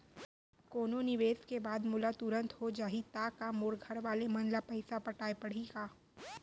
कोनो निवेश के बाद मोला तुरंत हो जाही ता का मोर घरवाले मन ला पइसा पटाय पड़ही का?